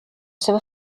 seva